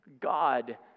God